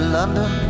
London